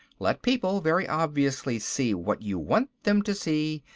let people very obviously see what you want them to see,